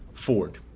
Ford